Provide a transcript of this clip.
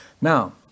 Now